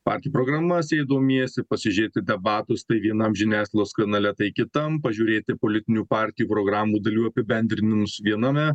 partijų programas jei domiesi pasižiūrėti dabatus tai vienam žiniasklaidos kanale tai kitam pažiūrėti politinių partijų programų dalių apibendrinimus viename